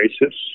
races